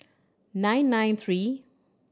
nine nine three